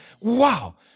Wow